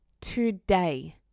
today